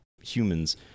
humans